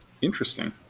Interesting